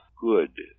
good